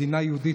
מדינה יהודית,